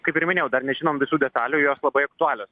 kaip ir minėjau dar nežinom visų detalių jos labai aktualios